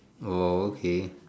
oh okay